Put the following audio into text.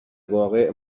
واقع